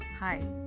Hi